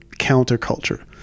counterculture